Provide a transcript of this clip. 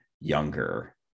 younger